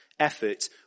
Effort